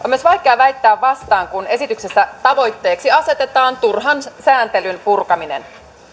on myös vaikea väittää vastaan kun esityksessä tavoitteeksi asetetaan turhan sääntelyn purkaminen